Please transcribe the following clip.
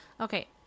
Okay